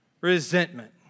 resentment